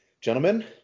gentlemen